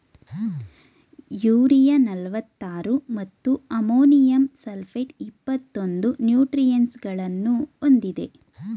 urea ನಲ್ವತ್ತಾರು ಮತ್ತು ammonium sulphate ಇಪ್ಪತ್ತೊಂದು ನ್ಯೂಟ್ರಿಯೆಂಟ್ಸಗಳನ್ನು ಹೊಂದಿದೆ